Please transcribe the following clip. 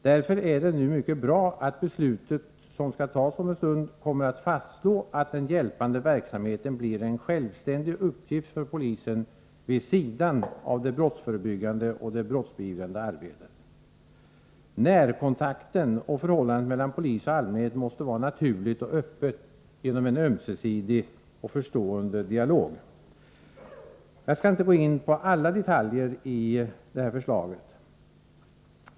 Därför är det mycket bra att det beslut som om en stund skall fattas kommer att fastslå att den hjälpande verksamheten skall vara en självständig uppgift för polisen vid sidan av det brottsförebyggande och det brottsbeivrande arbetet. Närkontakten är viktig, och förhållandet mellan polis och allmänhet måste vara naturligt och öppet genom en ömsesidig och förstående dialog. Jag skall inte gå in på alla detaljer i det aktuella förslaget.